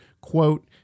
quote